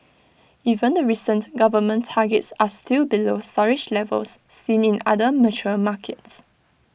even the recent government targets are still below storage levels seen in other mature markets